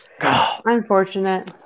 unfortunate